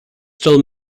still